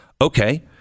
Okay